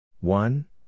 One